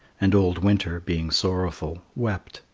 and old winter, being sorrowful, wept,